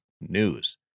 news